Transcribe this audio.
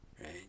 Right